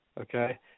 okay